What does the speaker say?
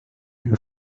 who